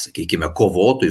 sakykime kovotojus